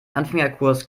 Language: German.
anfängerkurs